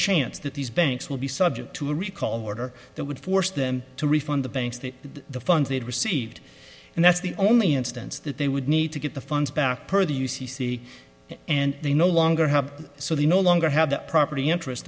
chance that these banks will be subject to a recall order that would force them to refund the banks that the funds they had received and that's the only instance that they would need to get the funds back per the u c c and they no longer have so they no longer have the property interest